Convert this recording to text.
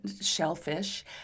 shellfish